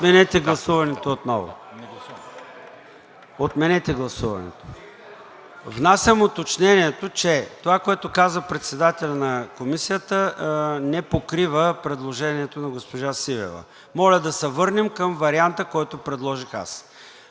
отменете гласуването отново. Внасям уточнението, че това, което каза председателят на Комисията, не покрива предложението на госпожа Сивева. Моля да се върнем към варианта, който предложих аз.